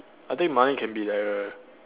I think Malek can be like a